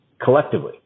collectively